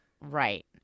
Right